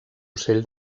ocell